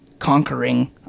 conquering